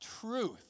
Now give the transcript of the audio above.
truth